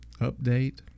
update